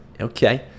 Okay